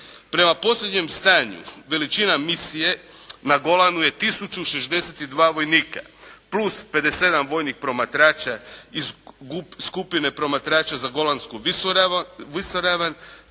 Prema posljednjem stanju veličina misije na Golanu je 1062 vojnika, plus 57 vojnih promatrača iz skupine promatrača za Golansku visoravan,